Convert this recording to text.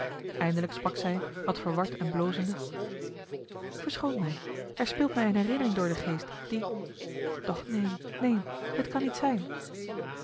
eindelijk sprak zij wat verward en blozende verschoon mij daar speelt mij eene herinnering door den geest die doch neen neen het kan niet zijn